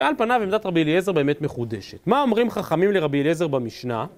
ועל פניו עמדת רבי אליעזר באמת מחודשת. מה אומרים חכמים לרבי אליעזר במשנה?